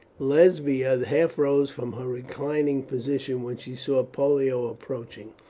lesbia half rose from her reclining position when she saw pollio approaching,